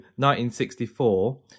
1964